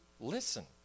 listen